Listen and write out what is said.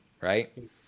right